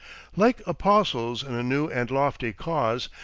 like apostles in a new and lofty cause,